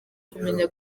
kumenya